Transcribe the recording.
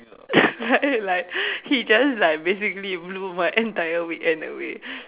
like he just like basically blew my entire weekend away